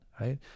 right